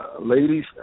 ladies